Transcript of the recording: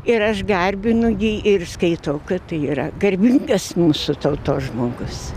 ir aš garbinu jį ir skaitau kad tai yra garbingas mūsų tautos žmogus